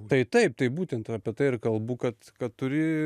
tai taip tai būtent apie tai ir kalbu kad kad turi